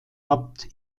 abt